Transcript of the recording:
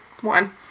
one